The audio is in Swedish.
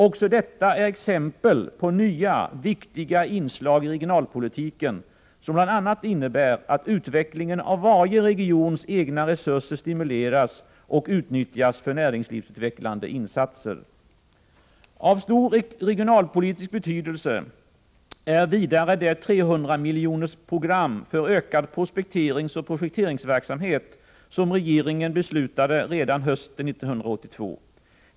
Också detta är exempel på nya viktiga inslag i regionalpolitiken som bl.a. innebär att utvecklingen av varje regions egna resurser stimuleras och utnyttjas för näringslivsutvecklande insatser. Av stor regionalpolitisk betydelse är vidare det 300-miljonerkronorsprogram för ökad prospekteringsoch projekteringsverksamhet som regeringen beslutade om redan hösten 1982.